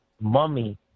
mummy